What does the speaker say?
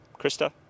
Krista